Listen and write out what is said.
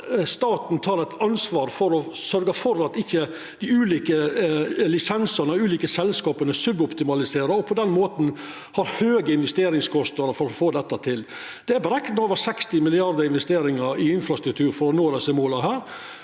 staten tek eit ansvar for å sørgja for at dei ulike lisensane og dei ulike selskapa ikkje suboptimaliserer og på den måten har høge investeringskostnader for å få dette til? Det er berekna over 60 mrd. kr i investeringar i infrastruktur for å nå desse måla. Men